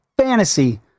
fantasy